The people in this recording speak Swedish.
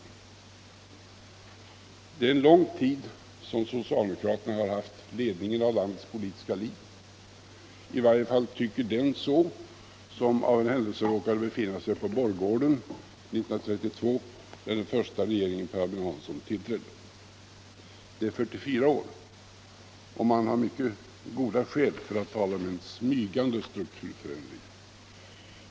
Det Allmänpolitisk debatt Allmänpolitisk debatt är en lång tid som socialdemokraterna har haft ledningen av landets politiska liv. I varje fall tycker den så som av en händelse råkade befinna sig på Borggården 1932 när den första regeringen Per Albin Hansson tillträdde. Det är 44 år, och man har mycket goda skäl att tala om smygande strukturförändring.